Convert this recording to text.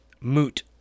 Moot